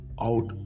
out